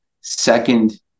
Second